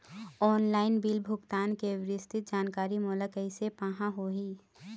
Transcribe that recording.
Online bill भुगतान के विस्तृत जानकारी मोला कैसे पाहां होही?